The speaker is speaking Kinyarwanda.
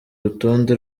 rutonde